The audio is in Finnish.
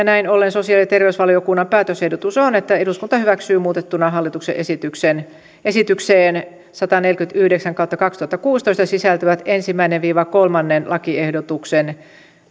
näin ollen sosiaali ja terveysvaliokunnan päätösehdotus on että eduskunta hyväksyy muutettuna hallituksen esitykseen sataneljäkymmentäyhdeksän kautta kaksituhattakuusitoista sisältyvät ensimmäisen viiva kolmannen lakiehdotuksen